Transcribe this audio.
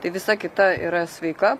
tai visa kita yra sveika